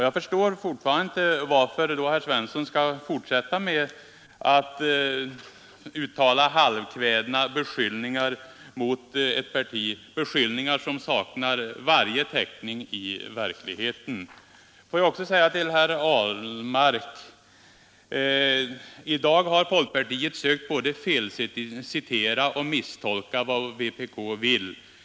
Jag förstår fortfarande inte varför herr Svensson då fortsätter att uttala halvkvädna beskyllningar mot vårt parti, beskyllningar som saknar varje täckning i verkligheten. I dag har folkpartiet, herr Ahlmark, både felciterat och misstolkat vad vi vill.